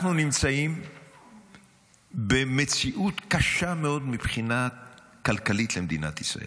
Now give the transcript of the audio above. אנחנו נמצאים במציאות קשה מאוד מבחינה כלכלית למדינת ישראל.